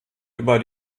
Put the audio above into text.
über